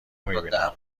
میبینم